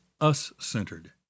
us-centered